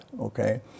okay